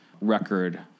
record